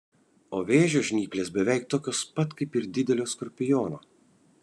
o vėžio žnyplės beveik tokios pat kaip ir didelio skorpiono